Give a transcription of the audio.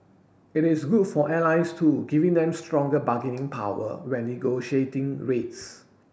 it is good for airlines too giving them stronger bargaining power when negotiating rates